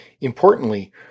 importantly